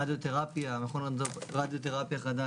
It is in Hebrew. תקרה שהיא 100 שקלים והביצוע של קופת חולים